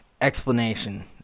explanation